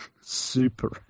Super